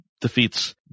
defeats